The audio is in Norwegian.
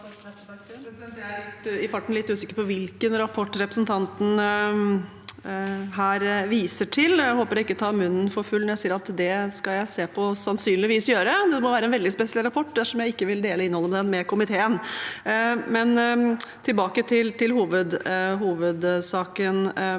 er jeg litt usikker på hvilken rapport representanten Pettersen her viser til. Jeg håper jeg ikke tar munnen for full når jeg sier at det skal jeg se på og sannsynligvis gjøre. Det må være en veldig spesiell rapport dersom jeg ikke skulle dele innholdet i den med komiteen. Tilbake til hovedsaken: